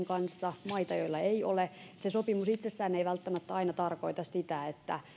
kanssa ja maita joilla ei ole se sopimus itsessään ei ei välttämättä aina tarkoita sitä että palautukset